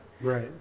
Right